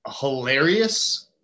hilarious